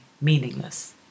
meaningless